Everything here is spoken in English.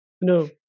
No